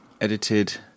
edited